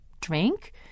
drink